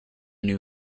new